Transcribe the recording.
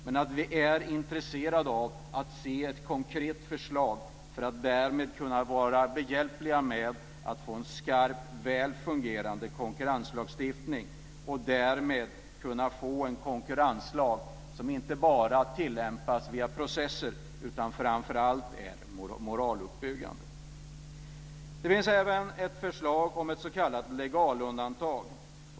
Men vi är intresserade av att se ett konkret förslag för att därmed kunna vara behjälpliga med att åstadkomma en skarp och väl fungerande konkurrenslagstiftning och därmed kunna få en konkurrenslag som inte bara tillämpas via processer utan som framför allt är moraluppbyggande. Det finns även ett förslag om ett s.k. legalundantag.